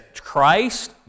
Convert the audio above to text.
Christ